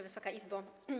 Wysoka Izbo!